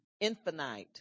infinite